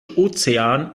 ozean